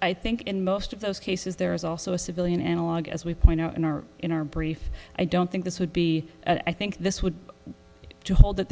i think in most of those cases there is also a civilian analogue as we point out in our in our brief i don't think this would be i think this would hold that